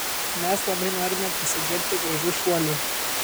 mes labai norime pasigirti gražiu šuoliu